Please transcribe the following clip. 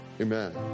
Amen